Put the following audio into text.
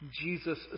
Jesus